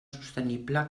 sostenible